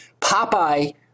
Popeye